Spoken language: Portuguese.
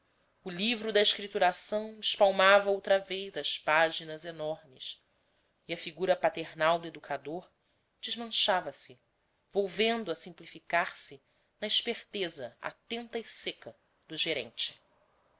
o livro da escrituração espalmava outra vez as páginas enormes e a figura paternal do educador desmanchava se volvendo a simplificar se na esperteza atenta e seca do gerente